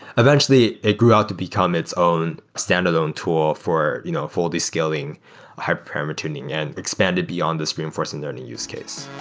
eventually, it grew out to become its own standalone tool for you know all these scaling hyperparameter tuning and expanded beyond this reinforcement learning use case.